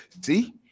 see